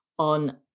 on